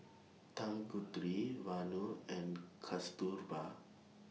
Tanguturi Vanu and Kasturba